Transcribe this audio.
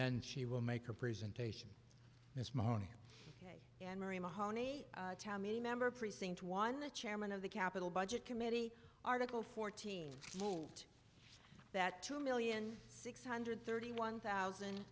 then she will make a presentation this morning and mary mahoney tommy member precinct one the chairman of the capitol budget committee article fourteen moved that two million six hundred thirty one thousand